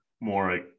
more